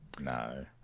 no